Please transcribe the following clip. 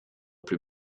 plus